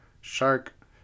shark